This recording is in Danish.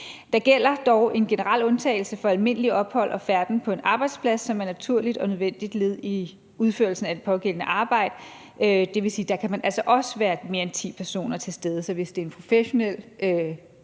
Der gælder dog en generel undtagelse for almindeligt ophold og færden på en arbejdsplads, som er et naturligt eller nødvendigt led i udførelsen af det pågældende arbejde. Det vil sige, at der kan man altså også være mere end ti personer til stede. Så hvis det er en professionel kunstner,